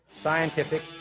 scientific